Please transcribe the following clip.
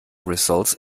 results